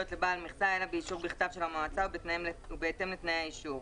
לבעל מכסה אלא באישור בכתב של המועצה ובהתאם לתנאי האישור.